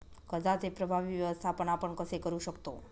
कर्जाचे प्रभावी व्यवस्थापन आपण कसे करु शकतो?